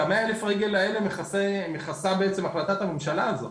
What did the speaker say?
את ה-100 אלף רגל הזה בעצם מכסה החלטת הממשלה הזו.